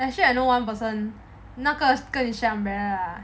actually I know one person 那个跟你想别的 ah